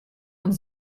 und